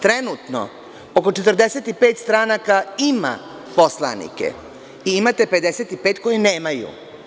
Trenutno oko 45 stranaka ima poslanike i imate 55 koji nemaju.